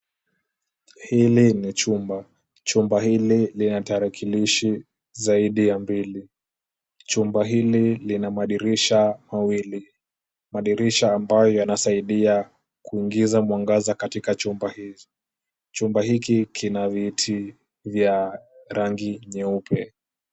Hili ni chumba. Chumba hili lina tarakilishi zaidi ya mbili. Chumba hili lina madirisha mawili. Madirisha ambayo yanasaidia kuingiza mwangaza katika chumba hili. Chumba hiki kina viti vya rangi nyeupe.